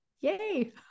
Yay